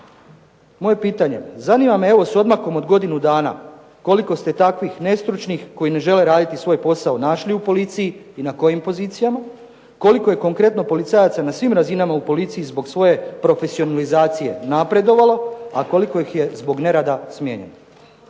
Moje pitanje, zanima me evo s odmakom od godinu dana, koliko ste takvih nestručnih koji ne žele raditi svoj posao našli u policiji i na kojim pozicijama, koliko je konkretno policajaca na svim razinama u policiji zbog svoje profesionalizacije napredovalo, a koliko ih je zbog nerada smijenjeno.